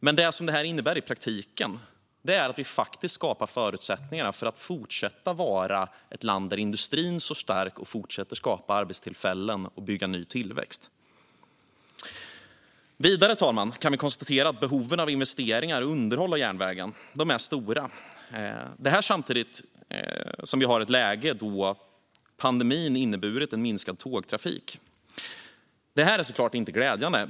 Men det innebär i praktiken att vi skapar förutsättningar för att fortsätta att vara ett land där industrin står stark och fortsätter att skapa arbetstillfällen och ny tillväxt. Vi kan vidare konstatera, herr talman, att behoven av investeringar i och underhåll av järnvägen är stora. Samtidigt har vi ett läge då pandemin inneburit en minskad tågtrafik. Det är såklart inte glädjande.